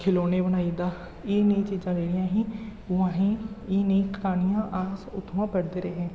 खलौने बनाई दिंदा एह् नेही चीजां जेह्ड़ियां ही ओह् असें गी एह् नेही क्हानियां अस उत्थुआं पढ़दे रेह् हे